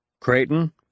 Creighton